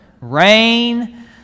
rain